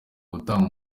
gutanga